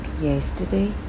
yesterday